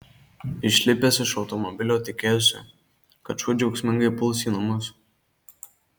išlipęs iš automobilio tikėjosi kad šuo džiaugsmingai puls į namus